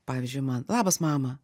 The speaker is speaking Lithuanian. pavyzdžiui man labas mama